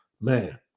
Man